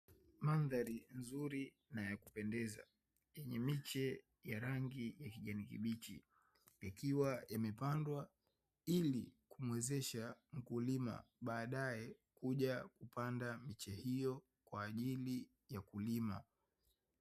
Mandhari nzuri na ya kupendeza, yenye miche ya rangi ya kijani kibichi, ikiwa imepandwa ili kumuwezesha mkulima baadaye kuja kupanda miche hiyo kwa ajili ya kulima.